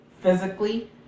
physically